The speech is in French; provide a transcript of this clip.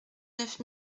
neuf